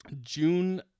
june